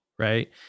right